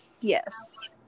Yes